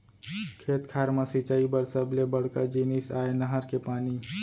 खेत खार म सिंचई बर सबले बड़का जिनिस आय नहर के पानी